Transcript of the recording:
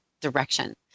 direction